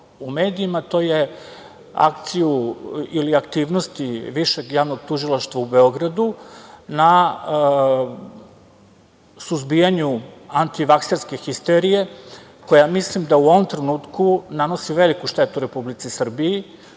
to je akcija ili aktivnost Višeg javnog tužilaštva u Beogradu na suzbiju antivakserske histerije koja, ja mislim, u ovom trenutku nanosi veliku štetu Republici Srbiji